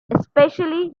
especially